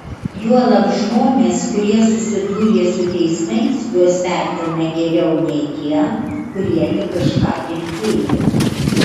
juolab žmonės kurie susidūrė su teismais juos vertina geriau nei tie kurie tik kažką girdėjo